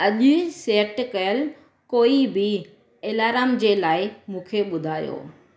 अॼु सैट कयल कोई बि इलारम जे लाइ मूंखे ॿुधायो